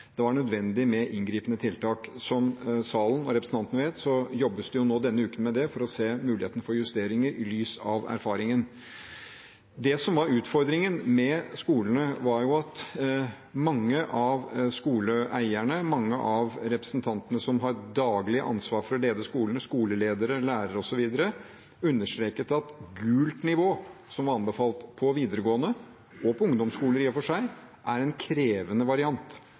Det var nødvendig med inngripende tiltak. Som salen og representanten vet, jobbes det denne uken med det for å se på muligheten for justeringer i lys av erfaringen. Det som var utfordringen med skolene, var at mange av skoleeierne, mange av de som har daglig ansvar for å lede skolene, skoleledere, lærere osv., understreket at gult nivå, som var anbefalt på videregående – og på ungdomsskoler, i og for seg – er en krevende variant,